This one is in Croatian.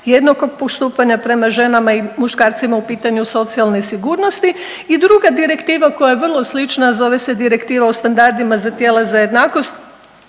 jednakog postupanja prema ženama i muškarcima u pitanju socijalne sigurnosti. I druga direktiva koja je vrlo slična, a zove se Direktiva o standardima za tijela za jednakost